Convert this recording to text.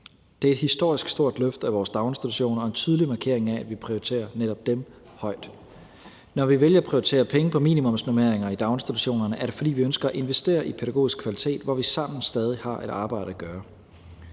Det er et historisk stort løft af vores daginstitutioner og en tydelig markering af, at vi prioriterer netop dem højt. Når vi vælger at prioritere penge til minimumsnormeringer i daginstitutionerne, er det, fordi vi ønsker at investere i pædagogisk kvalitet, hvor vi sammen stadig har et arbejde at gøre.